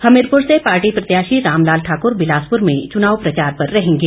हमीरपुर से पार्टी प्रत्याशी रामलाल ठाकुर बिलासपुर में चुनाव प्रचार पर रहेंगे